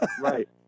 Right